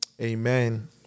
Amen